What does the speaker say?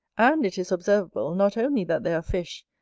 and it is observable, not only that there are fish,